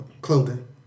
Clothing